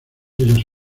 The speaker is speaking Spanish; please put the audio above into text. ellos